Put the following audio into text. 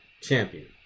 champion